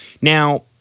Now